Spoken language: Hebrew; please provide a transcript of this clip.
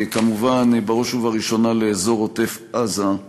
כמובן בראש ובראשונה לאזור עוטף-עזה,